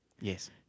Yes